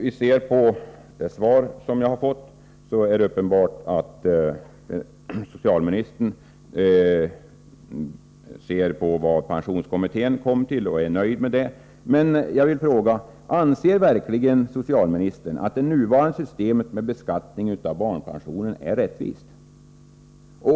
Att döma av det svar som jag fått är det uppenbart att socialministern tar fasta på det som pensionskommittén kommit fram till och att han är nöjd med det. Jag vill då fråga: Anser socialministern verkligen att det nuvarande systemet med beskattning av barnpensionen är rättvist?